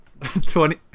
Twenty